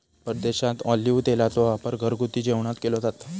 परदेशात ऑलिव्ह तेलाचो वापर घरगुती जेवणात केलो जाता